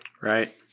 Right